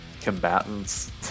combatants